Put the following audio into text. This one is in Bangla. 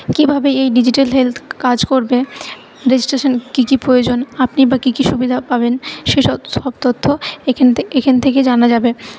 কীভাবে এই ডিজিটাল হেলথ কাজ করবে রেজিস্ট্রেশান কী কী প্রয়োজন আপনি বা কী কী সুবিধা পাবেন সেই সব সব তথ্য এখান থেক এখান থেকে জানা যাবে